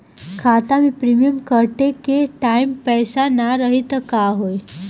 खाता मे प्रीमियम कटे के टाइम पैसा ना रही त का होई?